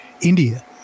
India